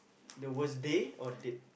the worst day or date